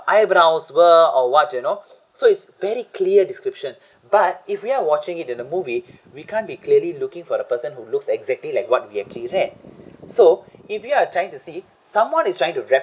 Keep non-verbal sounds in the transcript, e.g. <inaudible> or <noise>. eyebrows were or what you know so it's very clear description but if we are watching it in a movie <breath> we can't be clearly looking for the person who looks exactly like what we actually read so if you are trying to see someone is trying to read